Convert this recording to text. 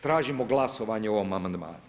Tražimo glasovanje o ovom amandmanu.